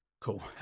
Cool